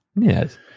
Yes